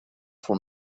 for